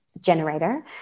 generator